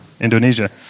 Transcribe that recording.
Indonesia